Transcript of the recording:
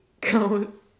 goes